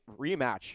rematch